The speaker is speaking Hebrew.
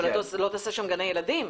אבל לא תקים שם גני ילדים.